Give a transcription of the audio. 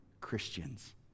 Christians